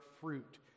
fruit